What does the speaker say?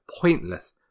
pointless